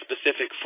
specific